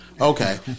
Okay